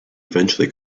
eventually